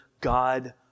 God